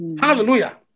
Hallelujah